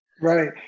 Right